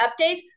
updates